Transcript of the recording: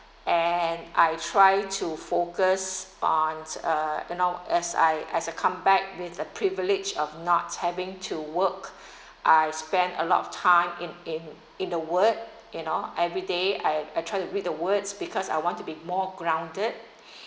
and I try to focus ons uh the no as I as I come back with a privilege of not having to work I spent a lot of time in in in the word you know every day I I try to read the words because I want to be more grounded